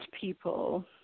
people